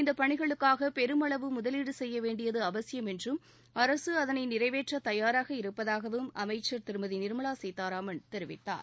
இந்தப் பணிகளுக்காக பெருமளவு முதலீடு செய்ய வேண்டியது அவசியம் என்றும் அரசு அதனை நிறைவேற்ற தயாராக இருப்பதாகவும் அமைச்சர் திருமதி நிர்மலா சீதாராமன் தெரிவித்தார்